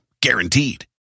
Guaranteed